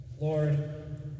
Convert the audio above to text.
Lord